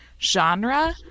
genre